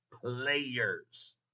players